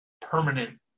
permanent